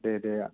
दे दे